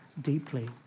deeply